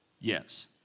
Yes